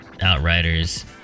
outriders